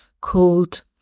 called